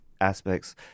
aspects